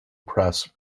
press